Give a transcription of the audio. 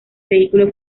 vehículo